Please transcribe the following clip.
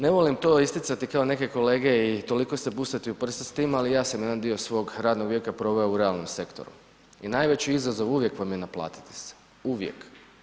Ne volim to isticati kao neke kolege i toliko se busati u prsa s tim, ali ja sam jedan dio svog radnog vijeka proveo u realnom sektoru, i najveći izazov uvijek vam je naplatiti se, uvijek.